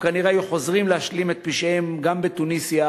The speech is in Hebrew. הם כנראה היו חוזרים להשלים את פשעיהם גם בתוניסיה,